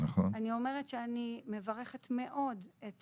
אני מברכת מאוד את